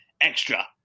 extra